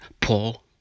Paul